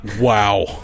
wow